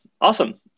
awesome